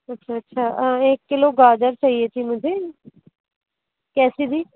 अच्छा अच्छा एक किलो गाजर चाहिए थी मुझे कैसे दी